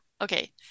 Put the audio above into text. Okay